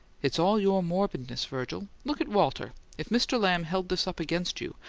it's all your morbidness, virgil. look at walter if mr. lamb held this up against you,